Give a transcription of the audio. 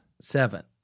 Seven